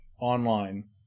online